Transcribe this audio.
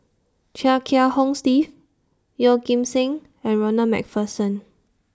Chia Kiah Hong Steve Yeoh Ghim Seng and Ronald MacPherson